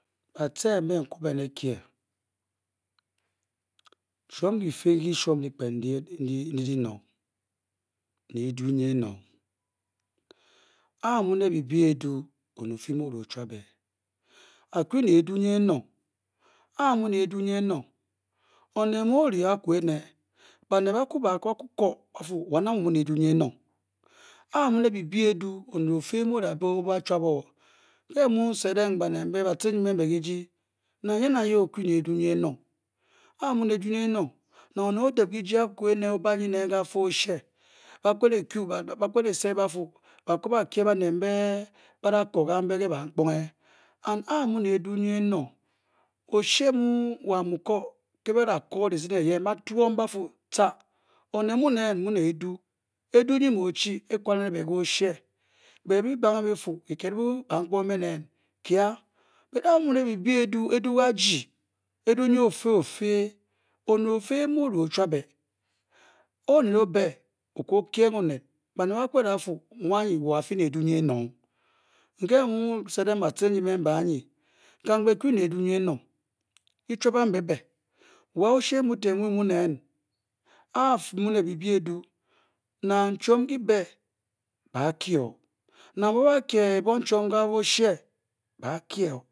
Bace mbe n-ku ben ebakye chwom kyifi n kyi-kyi-shwom dyikpen ndgi dyinong ne eduu nyi enongA amu ne byibi eduu, onet ofi mu oda o chwap Nko mu n-set ng bacin eji mbe mbe kyiji n-fu, nang yee nang. Yee. okyu ne eduu nyi enong A nkere o-fyi mu ba-ku ba-set ba-fu, ba-ku ba-ba ekoo banet ke bamkponge, a ame ne eduu nyi enong oshe eyen nke badatwom ba-fu, wa aba ba-ko dyizin eyen ba-fu, onet mu neen mu ne eduu, mu o-kya be ofe ke oshe bamkpronge a-bee, kye a-nke a onet mu ofi ne ofea o-be, ba-kuraa ba-fii mu anyi ofi ne e dun nyi enong ke mu n-set ng bacin mbe mbe anyi n-fu kangbe, kyu ng ne eduu nyi enong a afi ne eduu nyi enongnang chwom kyi-bi baakye o